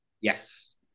Yes